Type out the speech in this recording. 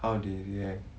how they react